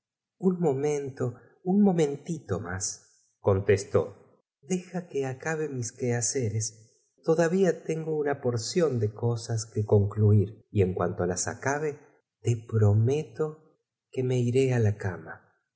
un momento un momentito más contestó deja que acabe mis quehaceres todavía tengo una poición de cosas que concluir y en cuanto las acabe te prometo ti nado su alcoba y su cama